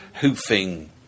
hoofing